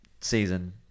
season